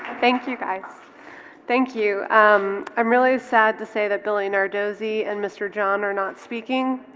thank you guys thank you i'm really sad to say that billy and our dozy and mr. john are not speaking